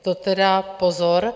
To tedy pozor.